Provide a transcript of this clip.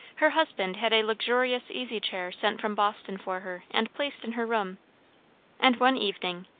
her husband had a luxurious easy-chair sent from boston for her and placed in her room and one evening,